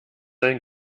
ein